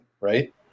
right